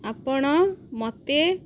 ଆପଣ ମୋତେ